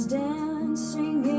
dancing